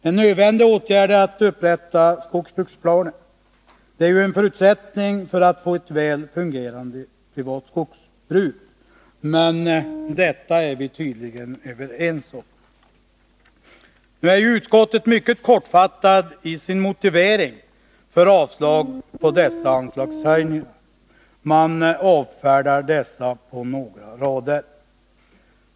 En nödvändig åtgärd är att upprätta skogsbruksplaner — det är ju en förutsättning för att man skall få ett väl fungerande privatskogsbruk — men det är vi tydligen överens om. Utskottet har en mycket kortfattad motivering för avslag på dessa anslagshöjningar, man avfärdar dem på några rader.